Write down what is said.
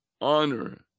honor